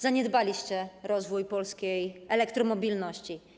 Zaniedbaliście rozwój polskiej elektromobilności.